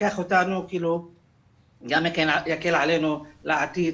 זה גם יקל עלינו לעתיד